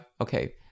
Okay